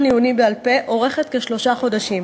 עיוני בעל-פה אורכת כשלושה חודשים,